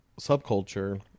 subculture